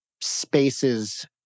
spaces